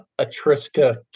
Atriska